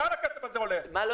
לאן הכסף הזה הולך?